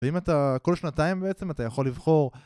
ואם אתה כל שנתיים בעצם אתה יכול לבחור